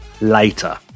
later